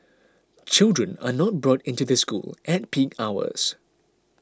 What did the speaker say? children are not brought into the school at peak hours